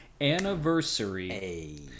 anniversary